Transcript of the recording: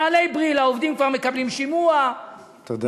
נעלי "בריל" העובדים כבר מקבלים שימוע, תודה.